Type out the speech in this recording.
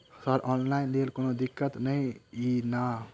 Sir online लैल कोनो दिक्कत न ई नै?